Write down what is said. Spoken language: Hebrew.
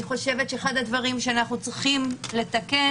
אני חושבת שאחד הדברים שאנחנו צריכים לתקן